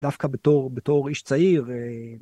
דווקא בתור איש צעיר.